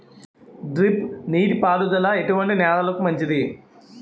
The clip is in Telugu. డ్రిప్ నీటి పారుదల ఎటువంటి నెలలకు మంచిది?